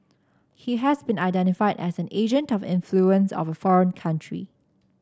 he has been identified as an agent of influence of foreign country